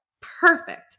perfect